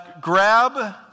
grab